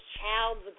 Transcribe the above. child's